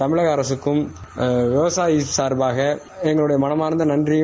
தமிழக அரசுக்கும் விவசாயிகள் சார்பாக எங்களுடைய மனமார்ந்த நன்றியையும்